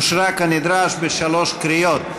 אושרה כנדרש בשלוש קריאות.